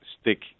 stick